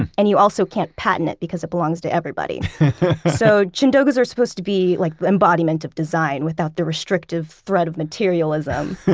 and you also can't patent it because it belongs to everybody so chindogus are supposed to be like the embodiment of design without the restrictive threat of materialism.